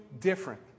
different